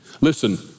Listen